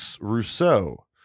rousseau